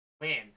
win